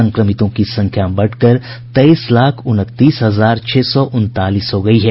संक्रमितों की संख्या बढ़कर तेईस लाख उनतीस हजार छह सौ उनतालीस हो गयी है